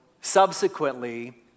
subsequently